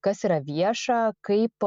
kas yra vieša kaip